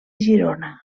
girona